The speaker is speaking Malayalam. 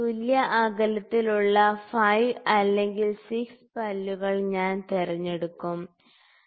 തുല്യഅകലത്തിൽ ഉള്ള 5 അല്ലെങ്കിൽ 6 പല്ലുകൾ ഞാൻ തിരഞ്ഞെടുക്കും ശരി